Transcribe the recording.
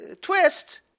twist